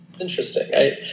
Interesting